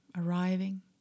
arriving